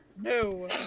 No